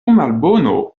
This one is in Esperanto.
malbono